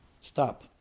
stop